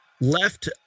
Left